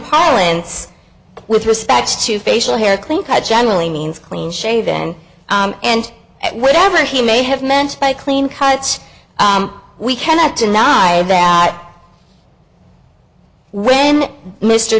parlance with respect to facial hair a clean cut generally means clean shaven and whatever he may have meant by clean cut we cannot deny that when mr